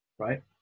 Right